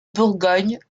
bourgogne